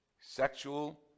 sexual